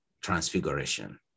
transfiguration